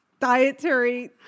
dietary